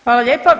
Hvala lijepa.